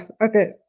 okay